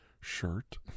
shirt